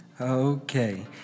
Okay